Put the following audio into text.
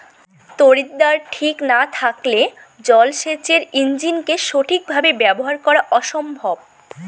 তড়িৎদ্বার ঠিক না থাকলে জল সেচের ইণ্জিনকে সঠিক ভাবে ব্যবহার করা অসম্ভব